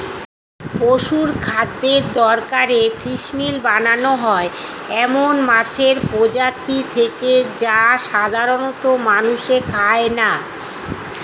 পশুখাদ্যের দরকারে ফিসমিল বানানো হয় এমন মাছের প্রজাতি থেকে যা সাধারনত মানুষে খায় না